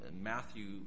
Matthew